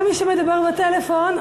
כל מי שמדבר בטלפון,